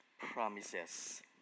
promises